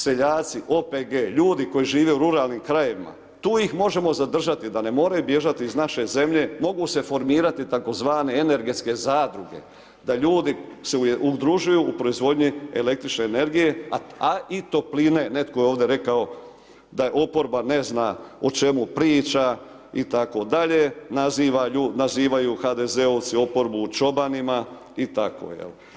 Seljaci, OPG, ljudi koji žive u ruralnim krajevima, tu ih možemo zadržati, da ne moraju bježati iz naše zemlje, mogu se formirati, tzv. energetske zadruge, da ljudi se udružuju u proizvodnji el. energije a i topline, netko je ovdje rekao, da oporba ne zna o čemu priča, itd. nazivaju HDZ-ovci oporbe čobanima i tako.